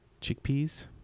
chickpeas